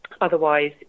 otherwise